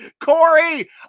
Corey